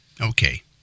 Okay